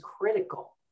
critical